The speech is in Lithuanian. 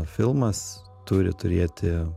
filmas turi turėti